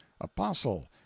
apostle